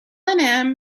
and